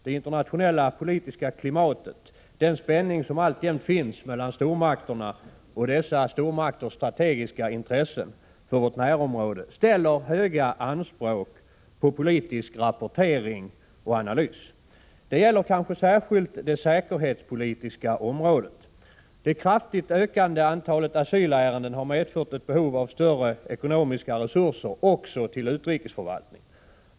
Det internationella politiska klimatet, den spänning som alltjämt finns mellan stormakterna och dessa stormakters strategiska intresse för vårt närområde väcker höga anspråk på politisk rapportering och analys. Det gäller kanske särskilt det säkerhetspolitiska området. Det kraftigt ökande antalet asylärenden har medfört ett behov av större ekonomiska resurser också till utrikesförvaltningen.